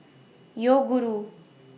Yoguru